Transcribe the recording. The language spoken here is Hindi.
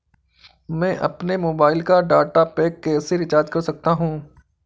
मैं अपने मोबाइल का डाटा पैक कैसे रीचार्ज कर सकता हूँ?